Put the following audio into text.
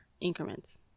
increments